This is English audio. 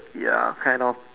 ya kind of